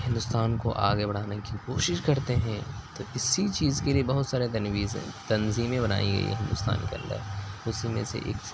ہندوستان کو آگے بڑھانے کی کوشش کرتے ہیں تو اسی چیز کے لیے بہت سارے تنظیمیں تنظیمیں بنائی گئی ہے ہندوستان کے اندر اسی میں سے ایک